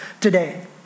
today